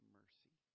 mercy